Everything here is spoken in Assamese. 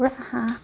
কুকুৰা হাঁহ